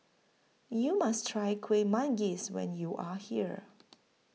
YOU must Try Kueh Manggis when YOU Are here